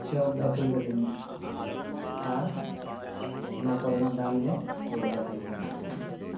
ᱪᱚᱯ ᱵᱟᱹᱛᱤ ᱠᱟᱹᱛᱤᱧ ᱢᱮ ᱟᱨ ᱚᱱᱟᱠᱚ ᱨᱮᱱᱟᱜ ᱫᱟᱢᱫᱚ ᱨᱩᱣᱟᱹᱲ ᱠᱟᱹᱛᱤᱧ ᱢᱮ